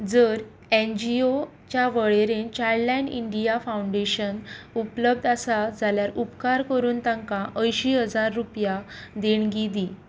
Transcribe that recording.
जर एनजीओच्या वळेरेंत चायल्डलायन इंडिया फांवडेशन उपलब्ध आसा जाल्यार उपकार करून ताका अंयशी हजार रुपया देणगी दी